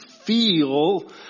feel